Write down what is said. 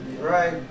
right